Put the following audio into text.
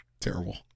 Terrible